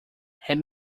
hand